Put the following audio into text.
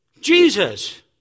Jesus